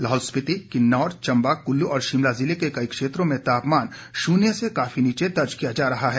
लाहौल स्पिति किन्नौर चम्बा कुल्लू और शिमला ज़िले के कई क्षेत्रों में तापमान शुन्य से काफी नीचे दर्ज किया जा रहा है